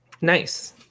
Nice